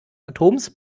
atoms